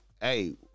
hey